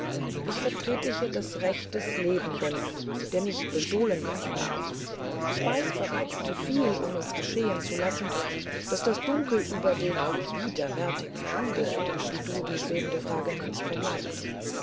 ich vertrete hier das recht des lebenden der nicht bestohlen werden darf ich weiß bereits zu viel um es geschehen zu lassen daß das dunkel über dem widerwärtigen handel wie du die schwebende frage nennst verbleibt